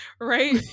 right